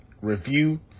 review